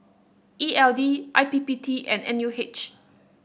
E L D I P P T and N U H